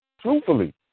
Truthfully